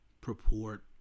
purport